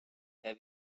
have